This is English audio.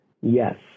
Yes